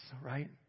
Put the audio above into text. Right